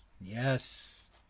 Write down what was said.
Yes